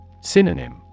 Synonym